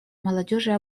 молодежи